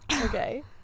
Okay